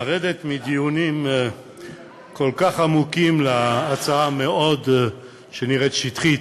לרדת מדיונים כל כך עמוקים להצעה שנראית שטחית,